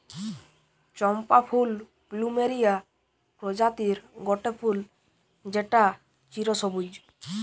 চম্পা ফুল প্লুমেরিয়া প্রজাতির গটে ফুল যেটা চিরসবুজ